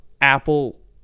apple